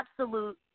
absolute